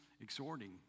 exhorting